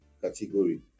category